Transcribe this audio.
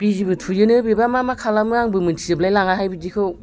बिजिबो थुयोनो बेबा मा मा खालामो आंबो मिथिजोबलाय लाङाहाय बिदिखौ